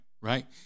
Right